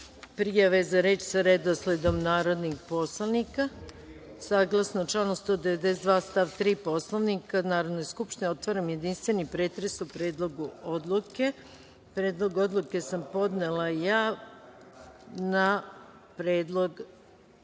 prijave za reč sa redosledom narodnih poslanika. Saglasno članu 192. stav 3. Poslovnika Narodne skupštine, otvaram jedinstveni pretres o Predlogu odluke. Predlog odluke sam podnela ja na predlog